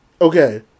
Okay